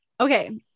Okay